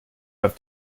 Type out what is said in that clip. have